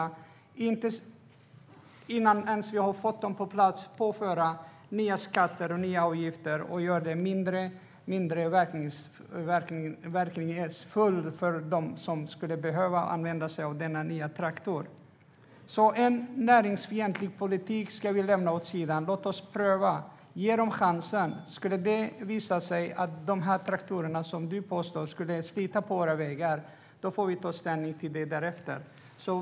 Jag tycker inte att vi, innan vi ens har fått traktorn på plats, ska påföra nya skatter och nya avgifter som gör det mindre verkningsfullt för dem som skulle behöva använda sig av denna nya traktor. En näringsfientlig politik ska vi lämna åt sidan. Låt oss pröva! Ge dem chansen! Skulle det visa sig att de här traktorerna sliter på våra vägar, som du påstår, får vi ta ställning till det då.